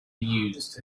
used